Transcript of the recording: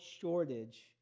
shortage